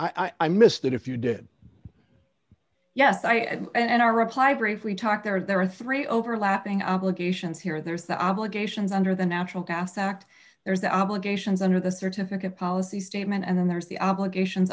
claims i missed that if you did yes i and our reply brief we talked there there are three overlapping obligations here there's the obligations under the natural gas act there's the obligations under the certificate policy statement and then there's the obligations